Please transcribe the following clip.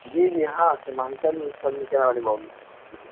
جی جی ہاں سیمانچل فرنیچر والے بول رہے ہیں